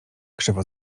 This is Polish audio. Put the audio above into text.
krzywo